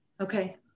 Okay